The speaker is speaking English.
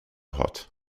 hot